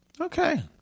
Okay